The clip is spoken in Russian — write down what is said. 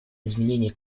изменений